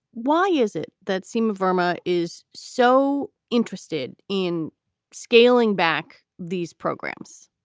why is it that seem vermont is so interested in scaling back these programs?